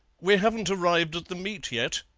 we haven't arrived at the meet yet.